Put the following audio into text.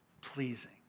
pleasing